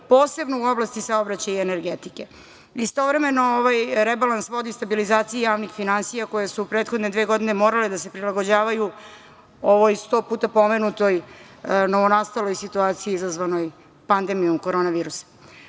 posebno u oblasti saobraćaja i energetike. Istovremeno, ovaj rebalans vodi stabilizaciji javnih finansija koje su prethodne dve godine morale da se prilagođavaju ovoj sto puta pomenutoj novonastaloj situaciji izazvanoj pandemijom korona virusa.